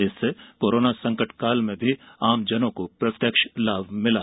इससे कोरोना संकट काल में आमजनों को प्रत्यक्ष लाभ मिला है